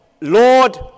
Lord